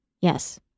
Yes